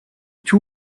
two